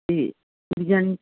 ਤੇ ਵੀ ਜਾਣੀ